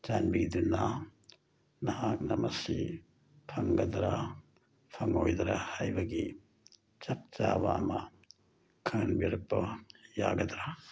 ꯆꯥꯟꯕꯤꯗꯨꯅ ꯅꯍꯥꯛꯅ ꯃꯁꯤ ꯐꯪꯒꯗꯔꯥ ꯐꯪꯂꯣꯏꯗꯔꯥ ꯍꯥꯏꯕꯒꯤ ꯆꯞ ꯆꯥꯕ ꯑꯃ ꯈꯪꯍꯟꯕꯤꯔꯛꯄ ꯌꯥꯒꯗ꯭ꯔꯥ